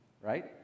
Right